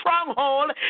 stronghold